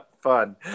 fun